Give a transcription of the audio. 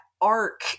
arc